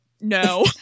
No